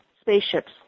spaceships